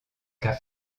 cas